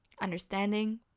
understanding